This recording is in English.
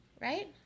right